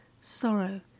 sorrow